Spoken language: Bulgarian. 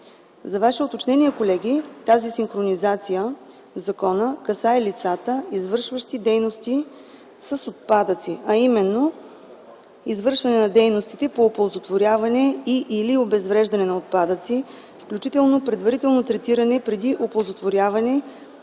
За ваше уточнение, колеги, тази синхронизация в закона касае лицата, извършващи дейности с отпадъци, а именно извършване на дейности по оползотворяване и/или обезвреждане на отпадъци, включително предварително третиране преди оползотворяване